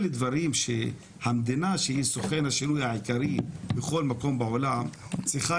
אלה הדברים שהמדינה בכל מקום בעולם צריכה